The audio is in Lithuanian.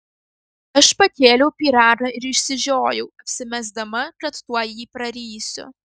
aš pakėliau pyragą ir išsižiojau apsimesdama kad tuoj jį prarysiu